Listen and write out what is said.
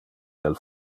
del